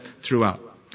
throughout